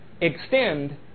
extend